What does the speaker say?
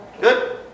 Good